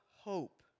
hope